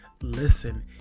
listen